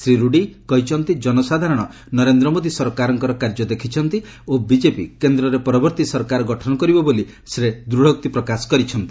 ଶ୍ରୀ ରୁଡ଼ି କହିଛନ୍ତି କନସାଧାରଣ ନରେନ୍ଦ୍ର ମୋଦି ସରକାରଙ୍କର କାର୍ଯ୍ୟ ଦେଖିଛନ୍ତି ଓ ବିଜେପି କେନ୍ଦ୍ରରେ ପରବର୍ତ୍ତୀ ସରକାର ଗଠନ କରିବ ବୋଲି ସେ ଦୂଢ଼ୋକ୍ତି ପ୍ରକାଶ କରିଛନ୍ତି